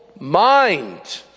mind